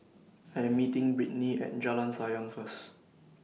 I Am meeting Brittny At Jalan Sayang First